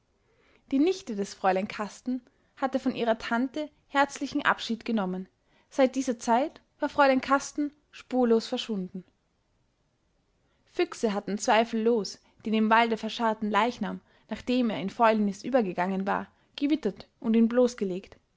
die nichte des fräulein kasten hatte von ihrer tante herzlichen abschied genommen seit dieser zeit war fräulein kasten spurlos verschwunden füchse hatten zweifellos den im walde verscharrten leichnam nachdem er in fäulnis übergegangen war gewittert und ihn bloßgelegt